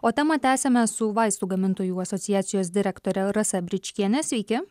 o temą tęsiame su vaistų gamintojų asociacijos direktore rasa bričkiene sveiki